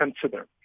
consider